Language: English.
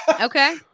Okay